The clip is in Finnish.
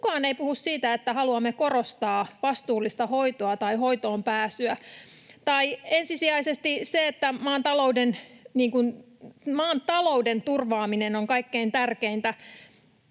kukaan ei puhu siitä, että haluamme korostaa vastuullista hoitoa tai hoitoonpääsyä — tai ensisijaisesti sitä, että ”maan talouden turvaaminen” on kaikkein tärkeintä.